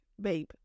babe